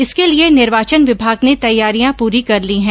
इसके लिए निर्वाचन विभाग ने तैयारियां पूरी कर ली है